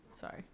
Sorry